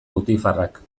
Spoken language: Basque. butifarrak